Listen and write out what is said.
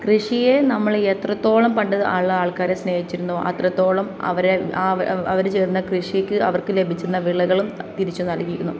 കൃഷിയെ നമ്മൾ എത്രത്തോളം പണ്ട് ആൾക്കാരെ സ്നേഹിച്ചിരുന്നുവോ അത്രത്തോളം അവരെ അവർ ചെയ്യുന്ന കൃഷിക്ക് അവർക്ക് ലഭിച്ചു വന്ന വിളകളും തിരിച്ചു നൽകിയിരുന്നു